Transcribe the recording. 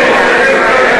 מה אתה מדבר?